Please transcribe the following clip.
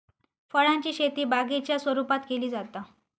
फळांची शेती बागेच्या स्वरुपात केली जाता